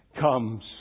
comes